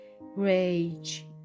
Rage